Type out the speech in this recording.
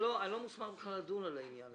אני לא מוסמך בכלל לדון על העניין הזה.